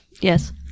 Yes